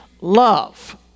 love